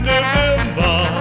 November